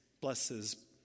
blesses